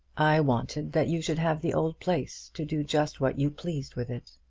i wanted that you should have the old place, to do just what you pleased with it.